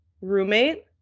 roommate